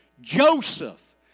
Joseph